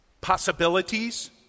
possibilities